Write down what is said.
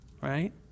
right